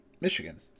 Michigan